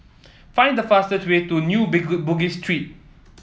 find the fastest way to New Bugis Street